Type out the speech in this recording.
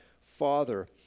Father